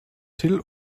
till